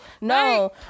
No